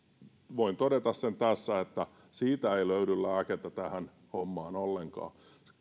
voin todeta sen tässä että siitä ei löydy lääkettä tähän hommaan ollenkaan